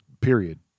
period